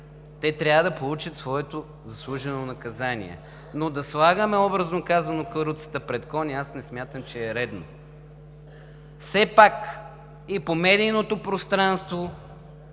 те трябва да получат своето заслужено наказание, но да слагаме образно казано каруцата пред коня аз не смятам, че е редно. Все пак и в медийното пространство